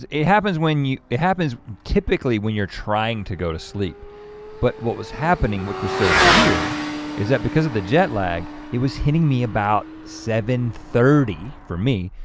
it it happens when, yeah it happens typically when you're trying to go to sleep but what was happening which was so weird is that because of the jet lag, it was hitting me about seven thirty for me,